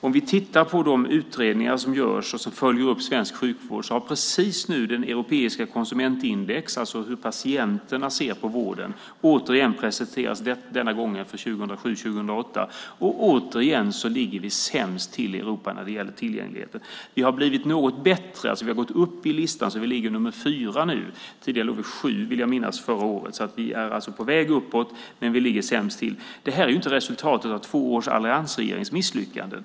Om vi tittar på de utredningar som görs och följer upp svensk sjukvård ser vi att det europeiska patientindexet, alltså hur patienterna ser på vården, just har presenterats för 2007 och 2008. Återigen ligger vi sämst till i Europa när det gäller tillgängligheten. Vi har blivit något bättre: Vi har gått upp i listan och ligger nu som nr 4. Förra året låg vi som nr 7, vill jag minnas. Vi är alltså på väg uppåt, men vi ligger sämst till. Det här är ju inte resultatet av två års misslyckanden för alliansregeringens.